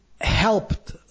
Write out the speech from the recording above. helped